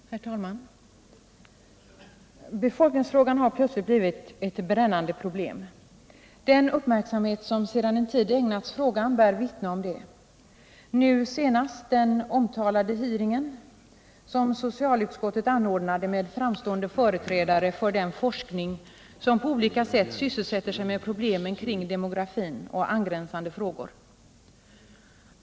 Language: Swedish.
Herr talman! Befolkningsfrågan har plötsligt blivit ett brännande problem. Den uppmärksamhet som sedan en tid ägnats frågan bär vittne om det — nu senast den omtalade hearingen som socialutskottet anordnade med framstående företrädare för den forskning som på olika sätt sysselsätter sig med problemen kring demografin och angränsande frågor.